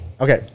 Okay